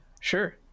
Sure